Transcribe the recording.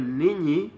nini